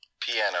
Piano